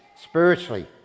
spiritually